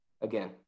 again